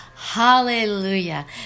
Hallelujah